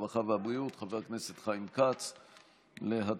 חבר הכנסת ארבל, נגד,